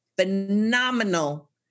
phenomenal